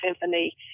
symphony